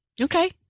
Okay